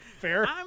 Fair